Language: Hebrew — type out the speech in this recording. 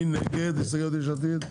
מי נגד ההסתייגויות של יש עתיד?